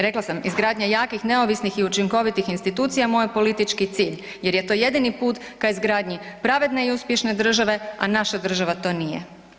Rekla sam, izgradnja jakih, neovisnih i učinkovitih institucija moj je politički cilj jer je to jedini put ka izgradnji pravedne i uspješne države, a naša država to nije.